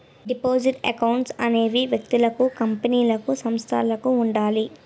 deposit accounts అనేవి వ్యక్తులకు కంపెనీలకు సంస్థలకు ఉండాలి